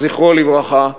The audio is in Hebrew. זכרו לברכה.